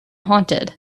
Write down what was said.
haunted